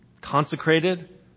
consecrated